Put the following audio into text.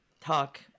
talk